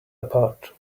apart